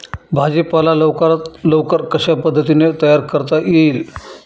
भाजी पाला लवकरात लवकर कशा पद्धतीने तयार करता येईल?